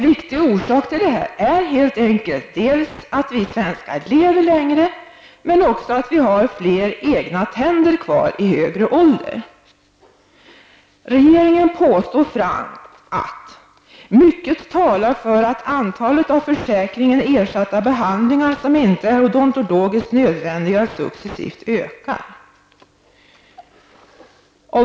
Viktiga orsaker till detta är helt enkelt dels att vi svenskar lever längre, dels att vi har flera egna tänder kvar i högre ålder. Regeringen påstår frankt: ''Mycket talar för att antalet av försäkringen ersatta behandlingar som inte är odontologiskt nödvändiga successivt ökar.''